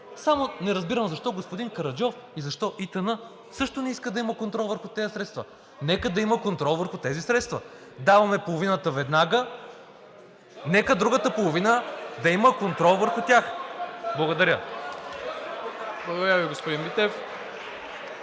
Само не разбирам защо господин Караджов и защо ИТН също не искат да има контрол върху тези средства? Нека да има контрол върху тези средства. Даваме половината веднага. Нека върху другата половина да има контрол. Благодаря. (Шум и реплики.)